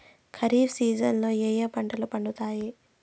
ఖరీఫ్ సీజన్లలో ఏ ఏ పంటలు పండుతాయి